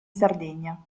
sardegna